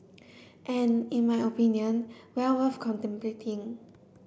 and in my opinion well worth contemplating